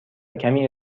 کمی